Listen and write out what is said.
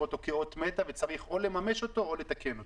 אותו כאות מתה וצריך לממש אותו או לתקן אותו.